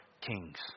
kings